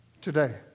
today